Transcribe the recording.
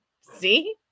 See